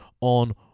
on